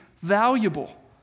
valuable